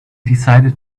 decided